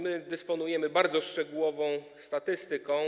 My dysponujemy bardzo szczegółową statystyką.